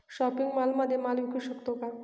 Shopping मॉलमध्ये माल विकू शकतो का?